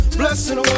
blessing